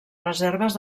reserves